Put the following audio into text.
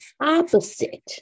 opposite